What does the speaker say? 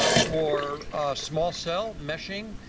ah for small cell meshing,